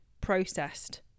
processed